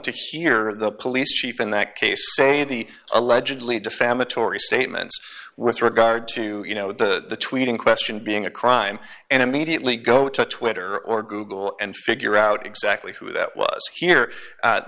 to hear the police chief in that case say the allegedly defamatory statements with regard to you know the tweeting question being a crime and immediately go to twitter or google and figure out exactly who that was here